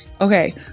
Okay